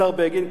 השר בגין,